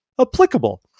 applicable